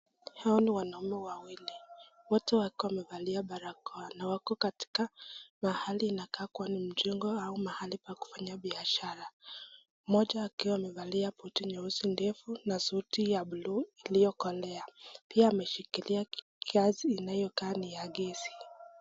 Hao ni wanaume wawili wote wakiwa wamevalia barakoa na wako katika mahali inakaa kuwa ni mjengo ama mahali pa kufanyia biashara. Mmoja akiwa amevalia buti nyeusi refu na suti ya buluu iliyokolea pia ameshikilia glasi inayokaa ni ya gesi.